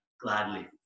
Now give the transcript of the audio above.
gladly